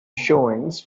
showings